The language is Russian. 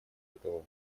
этого